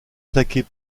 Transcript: attaqués